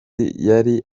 yari